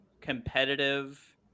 competitive